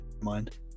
mind